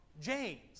James